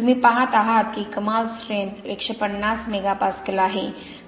तुम्ही पहात आहात की कमाल स्ट्रेंथ 150 मेगापास्कल आहे